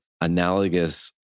analogous